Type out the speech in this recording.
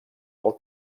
del